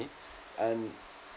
and